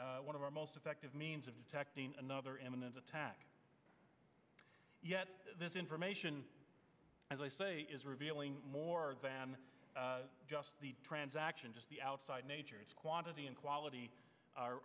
one of our most effective means of detecting another imminent attack yet this information as i say is revealing more than just the transaction just the outside nature its quantity and quality are